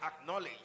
acknowledge